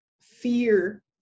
fear